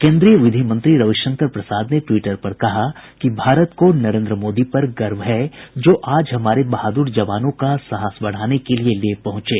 केन्द्रीय कानून मंत्री रविशंकर प्रसाद ने ट्विटर पर कहा कि भारत को नरेन्द्र मोदी पर गर्व है जो आज हमारे बहादुर जवानों का साहस बढ़ाने के लिए लेह पहुंचे